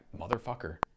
motherfucker